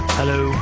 hello